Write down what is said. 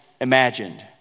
imagined